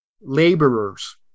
laborers